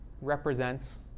represents